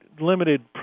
limited